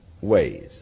ways